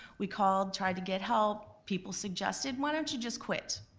we called, tried to get help, people suggested why don't you just quit.